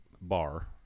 bar